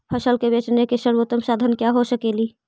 फसल के बेचने के सरबोतम साधन क्या हो सकेली?